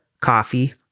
coffee